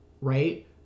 Right